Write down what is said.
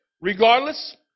regardless